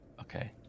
Okay